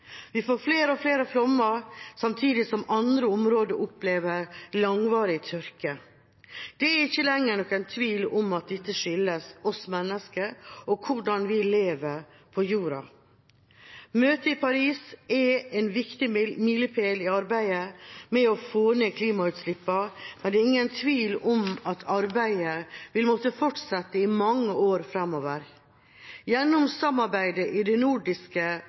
Vi får flere og flere flommer, samtidig som andre områder opplever langvarig tørke. Det er ikke lenger noen tvil om at dette skyldes oss mennesker og hvordan vi lever på jorda. Møtet i Paris er en viktig milepæl i arbeidet med å få ned klimagassutslippene, men det er ingen tvil om at arbeidet vil måtte fortsette i mange år fremover. Gjennom samarbeidet i det nordiske